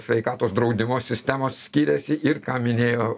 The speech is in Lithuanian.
sveikatos draudimo sistemos skiriasi ir ką minėjo